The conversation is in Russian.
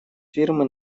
фирмы